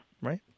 right